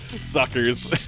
suckers